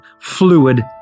fluid